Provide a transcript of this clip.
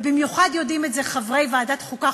ובמיוחד יודעים את זה חברי ועדת חוקה,